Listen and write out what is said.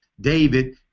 David